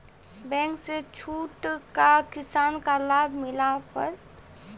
Bank से छूट का किसान का लाभ मिला पर?